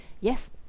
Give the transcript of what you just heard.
Yes